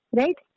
right